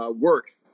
works